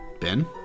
Ben